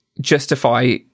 justify